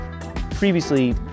Previously